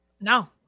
No